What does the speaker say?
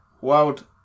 wild